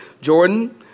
Jordan